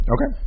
Okay